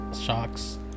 shocks